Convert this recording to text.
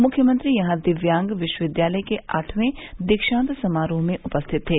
मुख्यमंत्री यहां दिव्यांग विश्वविद्यालय के आठवें दीक्षांत समारोह में उपश्थित थे